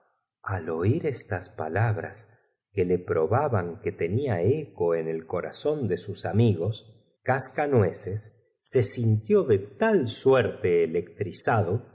al oit estas palabras que le probaban que tenía eco en el corazón de s us amigos cascanueces se sintió de tal suerte electrizado